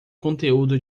conteúdo